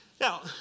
Now